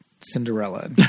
Cinderella